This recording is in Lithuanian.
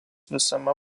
visame